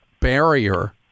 barrier